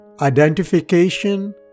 Identification